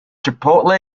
chipotle